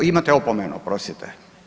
Imate opomenu, oprostite.